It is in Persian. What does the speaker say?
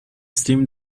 stem